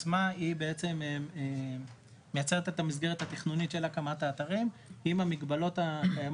עצמה היא מייצרת את המסגרת התכנונית של הקמת האתרים עם המגבלות הקיימות.